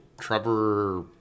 Trevor